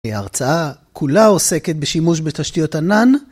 ההרצאה כולה עוסקת בשימוש בתשתיות ענן.